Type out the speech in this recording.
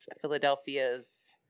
Philadelphia's